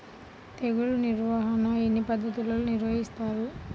తెగులు నిర్వాహణ ఎన్ని పద్ధతులలో నిర్వహిస్తారు?